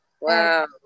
Wow